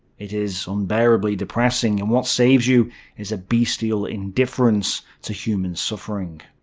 it is unbearably depressing, and what saves you is bestial indifference to human suffering.